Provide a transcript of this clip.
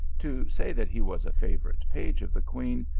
to say that he was a favourite page of the queen,